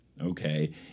okay